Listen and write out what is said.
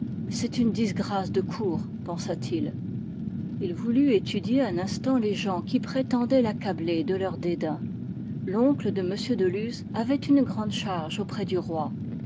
c'est une disgrâce de cour pensa-t-il il voulut étudier un instant les gens qui prétendaient l'accabler de leur dédain l'oncle de m de luz avait une grande charge auprès du roi